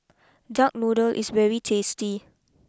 Duck Noodle is very tasty